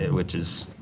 and which is.